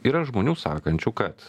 yra žmonių sakančių kad